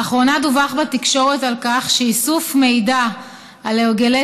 לאחרונה דֻווח בתקשורת שאיסוף מידע על הרגלי